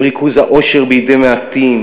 עם ריכוז העושר בידי מעטים,